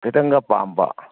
ꯈꯤꯇꯪꯒ ꯄꯥꯝꯕ